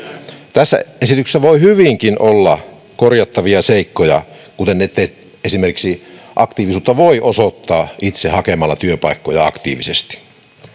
tässä esityksessä voi hyvinkin olla korjattavia seikkoja kuten esimerkiksi aktiivisuutta voi osoittaa itse hakemalla työpaikkoja aktiivisesti